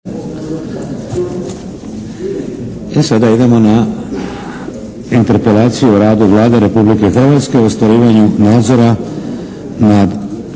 E sada idemo na 2. Interpelaciju o radu Vlade Republike Hrvatske u ostvarivanju nadzora nad